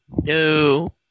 No